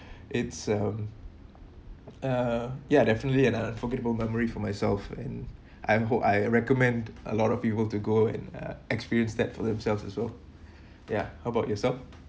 it's um uh ya definitely and a forgettable memory for myself and I am who I recommend a lot of people to go and uh experience that for themselves as well ya how about yourself